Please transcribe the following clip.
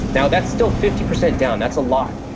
now, that's still fifty percent down, that's a lot,